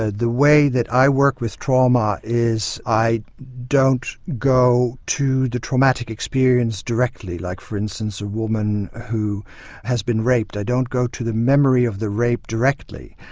ah the way that i work with trauma is i don't go to the traumatic experience directly. like, for instance, a woman who has been raped, i don't go to the memory of the rape directly,